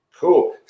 cool